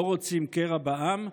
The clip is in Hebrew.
לא רוצים קרע בעם?